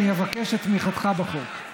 אני אבקש את תמיכתך בחוק.